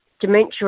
dementia